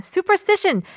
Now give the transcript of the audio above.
Superstition